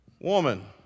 woman